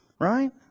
Right